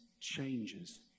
changes